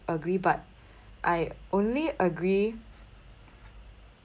agree but I only agree